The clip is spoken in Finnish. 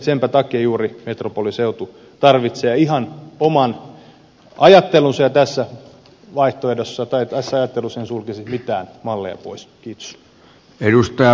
senpä takia juuri metropoliseutu tarvitsee ihan oman ajattelunsa ja tässä ajattelussa en sulkisi mitään malleja pois